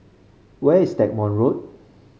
where is Stagmont Road